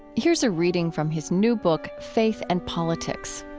here's a reading from his new book, faith and politics